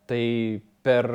tai per